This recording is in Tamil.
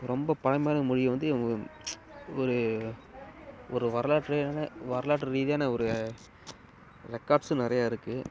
ரொம்ப பழமையான மொழியை வந்து இவங்க ஒரு ஒரு வரலாற்றான வரலாற்று ரீதியான ஒரு ரெக்காட்ஸும் நிறைய இருக்குது